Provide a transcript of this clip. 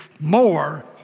more